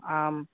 आं